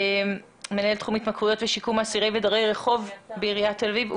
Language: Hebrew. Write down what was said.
מנהל תחום התמכרויות ושיקום אסירי ודרי רחוב בעיריית תל אביב.